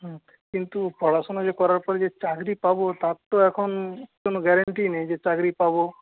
হুম কিন্তু পড়াশোনার যে করার পরে চাকরি পাব তার তো এখন কোনও গ্যারান্টি নেই যে চাকরি পাব